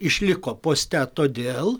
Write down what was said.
išliko poste todėl